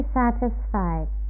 satisfied